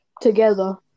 together